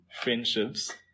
friendships